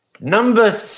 number